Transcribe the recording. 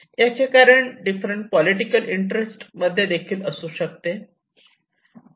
याचे कारण different political interest मध्ये देखील असू शकते